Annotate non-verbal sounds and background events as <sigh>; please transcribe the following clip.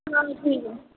<unintelligible> ठीक ऐ